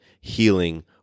healing